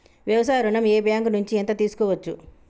వ్యవసాయ ఋణం ఏ బ్యాంక్ నుంచి ఎంత తీసుకోవచ్చు?